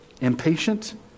impatient